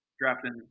drafting